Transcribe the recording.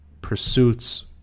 pursuits